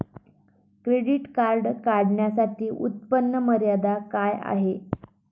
Credit card काढण्यासाठी उत्पन्न मर्यादा काय आहे?